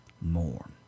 more